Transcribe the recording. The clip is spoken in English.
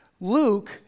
Luke